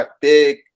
big